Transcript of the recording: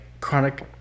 chronic